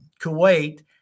Kuwait